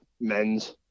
men's